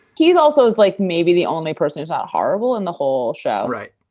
he's also like, maybe the only person who's out horrible in the whole show. right?